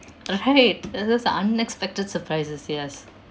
right th~ those are unexpected surprises yes